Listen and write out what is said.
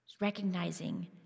Recognizing